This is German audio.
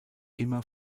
immer